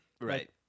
Right